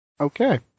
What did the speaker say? Okay